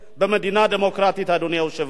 במדינה דמוקרטית, אדוני היושב-ראש?